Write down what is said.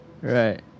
Right